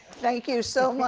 thank you so